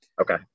Okay